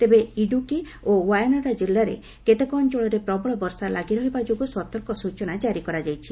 ତେବେ ଇଡୁକି ଏବଂ ଓ୍ୱାୟାନାଡ଼ କିଲ୍ଲାରେ କେତେକ ଅଞ୍ଚଳରେ ପ୍ରବଳ ବର୍ଷା ଲାଗିରହିଥିବା ଯୋଗୁଁ ସତର୍କ ସୂଚନା କାରି କରାଯାଇଛି